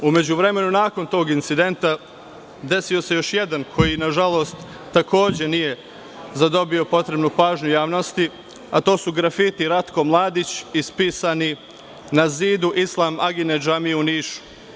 U međuvremenu, nakon tog incidenta, desio se još jedan koji, nažalost, takođe nije zadobio potrebnu pažnju javnosti, a to su grafiti – Ratko Mladić, ispisani na zidu Islam-agine džamije u Nišu.